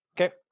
Okay